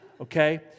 Okay